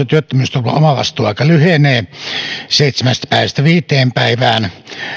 työttömyysturvan omavastuuaika lyhenee seitsemästä päivästä viiteen päivään